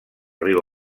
riu